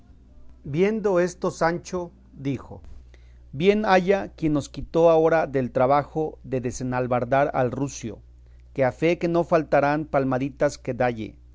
viendo esto sancho dijo bien haya quien nos quitó ahora del trabajo de desenalbardar al rucio que a fe que no faltaran palmadicas que dalle